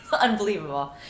unbelievable